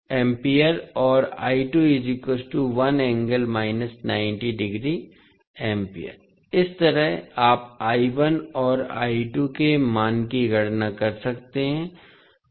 और इस तरह आप और के मान की गणना कर सकते हैं